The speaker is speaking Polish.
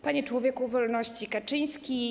Panie Człowieku Wolności Kaczyński!